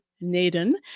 Naden